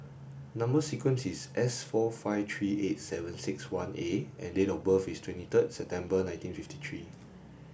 number sequence is S four five three eight seven six one A and date of birth is twenty third September nineteen fifty three